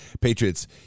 Patriots